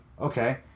Okay